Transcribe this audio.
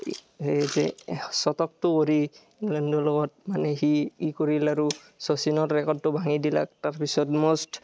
সেই হৈছে শতকটো কৰি ইংলেণ্ডৰ লগত মানে সি ই কৰিল আৰু শচীনৰ ৰেকৰ্ডটো ভাঙি দিলাক তাৰপিছত ম'স্ত